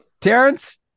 Terrence